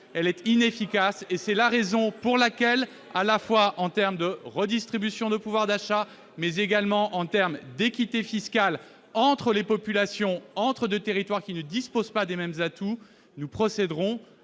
elle est inefficace. C'est la raison pour laquelle, dans un souci de redistribution du pouvoir d'achat, mais également au nom de l'équité fiscale entre les populations de territoires qui ne disposent pas des mêmes atouts, nous procéderons